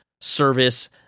service